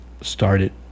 started